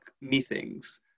meetings